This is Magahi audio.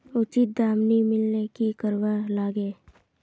उचित दाम नि मिलले की करवार लगे?